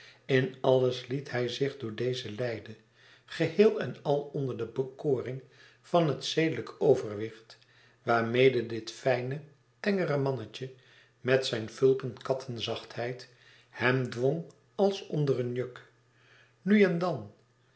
in alles liet hij zich door dezen leiden geheel en al onder de bekoring van het zedelijk overwicht waarmede dit fijne tengere mannetje met zijne fulpen kattenzachtheid hem dwong als onder een juk nu en dan